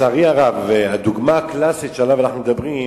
הדוגמה הקלאסית שעליה אנחנו מדברים,